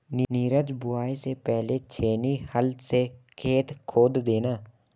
नीरज बुवाई से पहले छेनी हल से खेत खोद देना